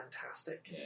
fantastic